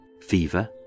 fever